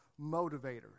motivators